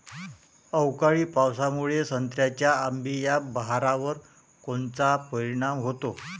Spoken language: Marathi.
अवकाळी पावसामुळे संत्र्याच्या अंबीया बहारावर कोनचा परिणाम होतो?